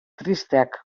tristeak